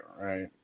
right